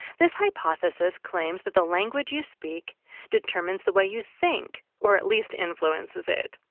this hypothesis claims that the language you speak determines the way you think, or at least influences it.